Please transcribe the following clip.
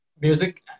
music